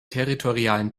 territorialen